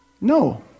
No